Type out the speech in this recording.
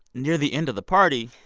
near the end of the party,